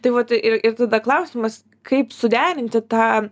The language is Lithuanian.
tai vat ir ir tada klausimas kaip suderinti tą